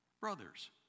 Brothers